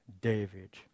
David